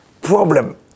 problem